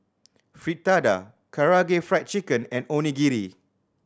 Fritada Karaage Fried Chicken and Onigiri